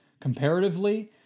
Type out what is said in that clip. comparatively